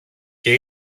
και